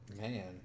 man